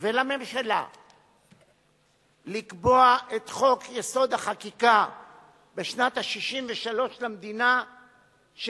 ואל הממשלה לקבוע בשנת ה-63 למדינה את חוק-יסוד: החקיקה,